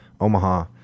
Omaha